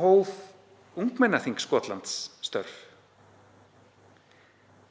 hóf ungmennaþing Skotlands störf